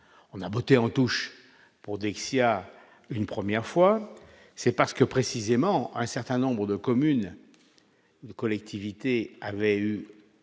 on a botté en touche pour Dexia, une première fois, c'est parce que précisément, un certain nombre de communes, collectivités avait eu